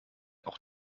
auch